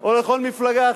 או לכל מפלגה אחרת,